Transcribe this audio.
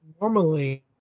normally